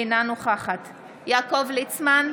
אינה נוכחת יעקב ליצמן,